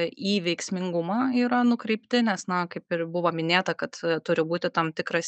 į veiksmingumą yra nukreipti nes na kaip ir buvo minėta kad turi būti tam tikras